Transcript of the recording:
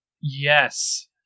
Yes